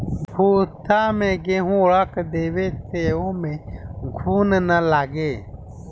भूसा में गेंहू रख देवे से ओमे घुन ना लागे